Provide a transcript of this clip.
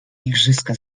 igrzyska